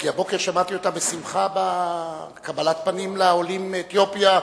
כי הבוקר שמעתי אותה בשמחה בקבלת פנים לעולים מאתיופיה,